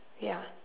ya